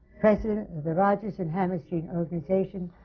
president of the rodgers and hammerstein organization,